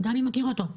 שגבי נבון מכיר אותו,